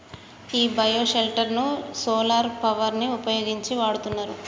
ఈ bio shelter ను solar power ని వుపయోగించి నడుపుతున్నారు